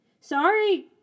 sorry